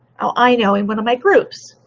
i know in one of my groups.